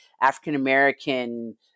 African-American